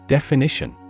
Definition